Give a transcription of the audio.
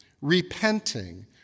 repenting